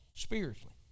spiritually